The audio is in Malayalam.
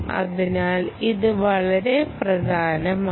അതിനാൽ ഇത് വളരെ പ്രധാനമാണ്